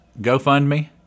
GoFundMe